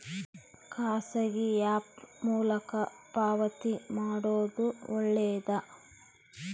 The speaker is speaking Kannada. ಖಾಸಗಿ ಆ್ಯಪ್ ಮೂಲಕ ಪಾವತಿ ಮಾಡೋದು ಒಳ್ಳೆದಾ?